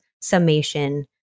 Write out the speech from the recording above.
summation